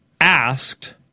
asked